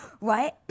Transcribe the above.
right